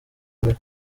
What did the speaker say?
mbere